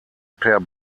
per